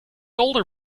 older